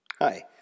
Hi